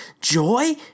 Joy